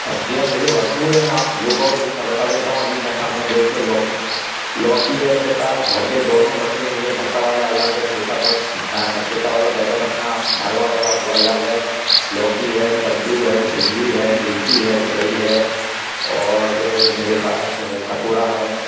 सब्ज़ियाँ तो भैया भरपूर हैं मैं आप जो कहो मैं बात देता हूँ अभी मैं सामने देख कर लौकी लौकी है मेरे पास भट्टे दोनों भट्टे है भैया भरथा वाला अलग है छोटा वाला बैंगन अपना भरवा वाला वो अलग है लौकी है कद्दू है भिंडी है गिलकी है तुरई है और मेरे पास है ककोड़ा है